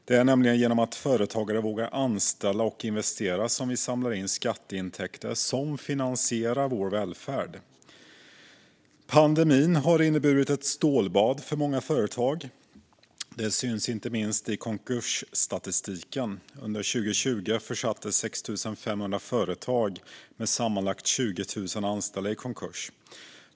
Det är nämligen genom att företagare vågar anställa och investera som vi samlar in skatteintäkter som finansierar vår välfärd. Pandemin har inneburit ett stålbad för många företag. Det syns inte minst i konkursstatistiken. Under 2020 försattes 6 500 företag med sammanlagt 20 000 anställda i konkurs.